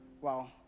wow